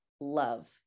love